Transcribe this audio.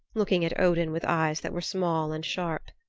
looking at odin with eyes that were small and sharp.